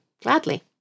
gladly